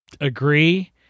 agree